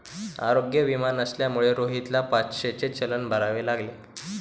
आरोग्य विमा नसल्यामुळे रोहितला पाचशेचे चलन भरावे लागले